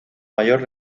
mayor